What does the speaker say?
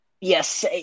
Yes